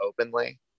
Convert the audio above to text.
openly